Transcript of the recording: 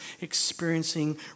experiencing